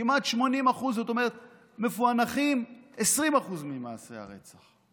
כמעט 80%, זאת אומרת שמפוענחים 20% ממעשי הרצח.